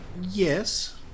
Yes